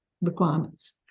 requirements